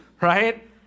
right